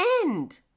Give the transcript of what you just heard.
end